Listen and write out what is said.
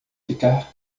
ficar